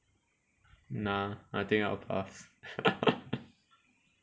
nah I think I'll pass